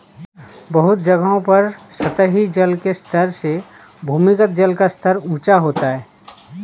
बहुत जगहों पर सतही जल के स्तर से भूमिगत जल का स्तर ऊँचा होता है